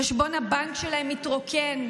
וחשבון הבנק שלהם התרוקן.